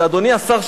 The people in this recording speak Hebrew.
כשאדוני השר,